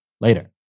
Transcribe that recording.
Later